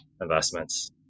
investments